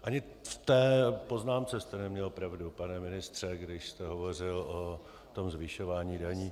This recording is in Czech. Ani v té poznámce jste neměl pravdu, pane ministře, když jste hovořil o zvyšování daní.